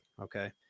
Okay